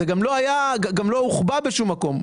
זה גם לא הוחבא בשום מקום,